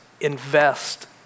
invest